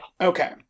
Okay